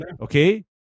okay